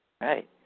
Right